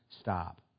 stop